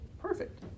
Perfect